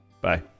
Bye